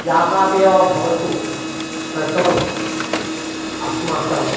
या कापि वा भवतु प्रथमं अस्माकं